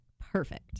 perfect